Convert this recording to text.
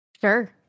Sure